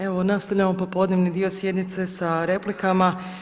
Evo nastavljamo popodnevni dio sjednice sa replikama.